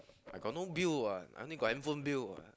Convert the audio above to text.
I got no bill what I only got handphone bill what